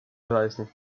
erreichen